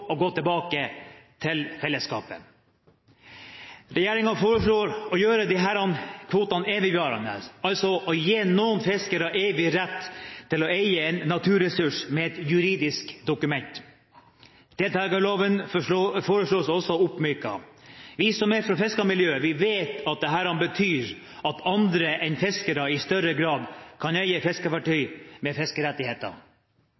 å gå tilbake til fellesskapet. Regjeringen foreslår å gjøre disse kvotene evigvarende, altså å gi noen fiskere evig rett til å eie en naturressurs ved et juridisk dokument. Deltakerloven foreslås også oppmyket. Vi som er fra fiskermiljøet, vet at dette betyr at andre enn fiskere i større grad kan